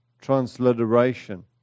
transliteration